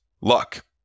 luck